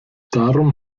darum